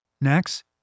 Next